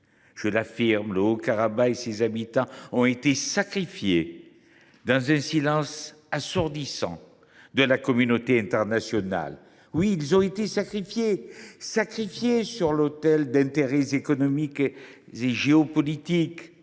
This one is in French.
Je l’affirme, le Haut Karabagh et ses habitants ont été sacrifiés dans un silence assourdissant de la communauté internationale. Oui, ils ont été sacrifiés sur l’autel d’intérêts économiques et géopolitiques.